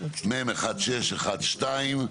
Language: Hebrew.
מ/1612.